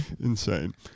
Insane